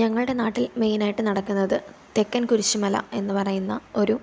ഞങ്ങളുടെ നാട്ടില് മെയിനായിട്ട് നടക്കുന്നത് തെക്കന് കുരിശുമല എന്നു പറയുന്ന ഒരു